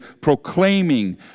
proclaiming